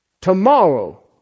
tomorrow